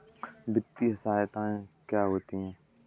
वित्तीय सहायता क्या होती है?